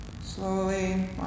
slowly